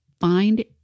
Find